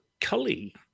Cully